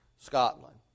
Scotland